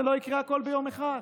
זה לא יקרה הכול ביום אחד.